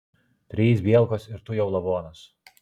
trys bielkos ir tu jau lavonas